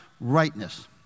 rightness